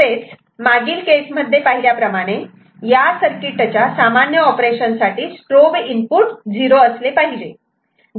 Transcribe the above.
तसेच मागील केसमध्ये पाहिल्याप्रमाणे या सर्किटच्या सामान्य ऑपरेशन साठी स्ट्रोब इनपुट 0 असले पाहिजे